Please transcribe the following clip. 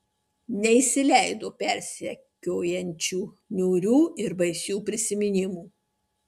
neįsileido persekiojančių niūrių ir baisių prisiminimų